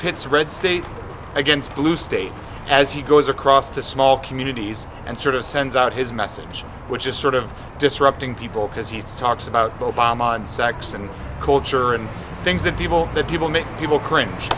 pits red states against blue state as he goes across to small communities and sort of sends out his message which is sort of disrupting people because he talks about obama and sex and culture and things and people that people make people cringe